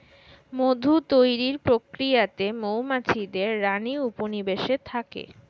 মধু তৈরির প্রক্রিয়াতে মৌমাছিদের রানী উপনিবেশে থাকে